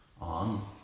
on